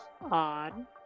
odd